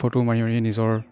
photo মাৰি মাৰি নিজৰ